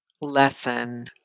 lesson